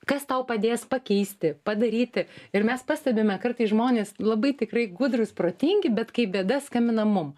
kas tau padės pakeisti padaryti ir mes pastebime kartais žmonės labai tikrai gudrūs protingi bet kai bėda skambina mum